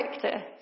character